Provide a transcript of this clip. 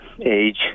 Age